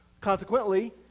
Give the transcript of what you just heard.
consequently